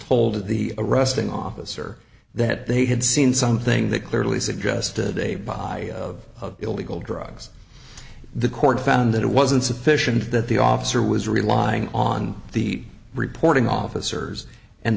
told the arresting officer that they had seen something that clearly suggested a buy of illegal drugs the court found that it wasn't sufficient that the officer was relying on the reporting officers and